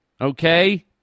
okay